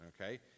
okay